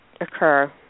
occur